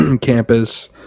campus